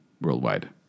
worldwide